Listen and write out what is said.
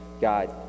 God